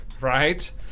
right